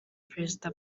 perezida